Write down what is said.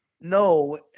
no